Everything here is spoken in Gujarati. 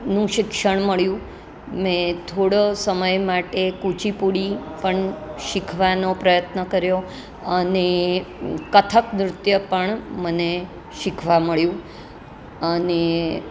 નું શિક્ષણ મળ્યું મેં થોડો સમય માટે કુચીપુડી પણ શીખવાનો પ્રયત્ન કર્યો અને કથક નૃત્ય પણ મને શીખવા મળ્યું અને